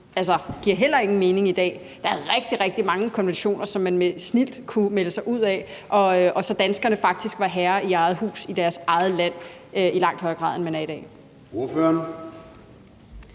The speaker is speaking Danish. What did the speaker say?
giver heller ingen mening i dag. Der er rigtig, rigtig mange konventioner, som man snildt kunne melde sig ud af, så danskerne faktisk var herre i eget hus, i deres eget land, i langt højere grad, end man er i dag.